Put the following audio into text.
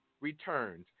returns